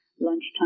lunchtime